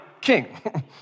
king